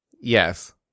Yes